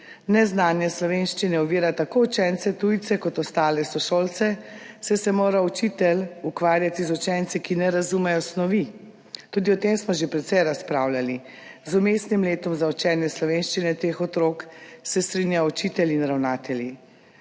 Neznanje slovenščine ovira tako učence tujce kot ostale sošolce, saj se mora učitelj ukvarjati z učenci, ki ne razumejo snovi. Tudi o tem smo že precej razpravljali. Z vmesnim letom za učenje slovenščine teh otrok se strinjajo učitelji in ravnatelji.